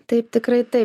taip tikrai taip